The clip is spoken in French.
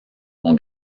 mon